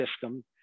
system